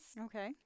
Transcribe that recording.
Okay